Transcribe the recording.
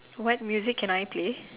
what music can I play